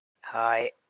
Hi